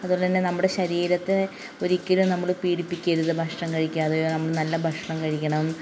അതുപോലെത്തന്നെ നമ്മുടെ ശരീരത്ത് ഒരിക്കലും നമ്മൾ പീഡിപ്പിക്കരുത് ഭക്ഷണം കഴിക്കാതെയോ നമ്മൾ നല്ല ഭക്ഷണം കഴിക്കണം